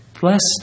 Blessed